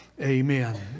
Amen